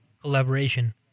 collaboration